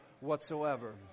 whatsoever